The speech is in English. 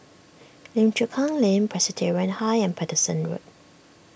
Lim Chu Kang Lane Presbyterian High and Paterson Road